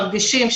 מרגישים,